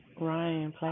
Ryan